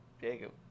Jacob